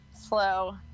slow